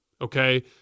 okay